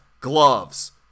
gloves